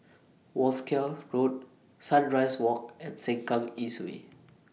Wolskel Road Sunrise Walk and Sengkang East Way